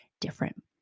different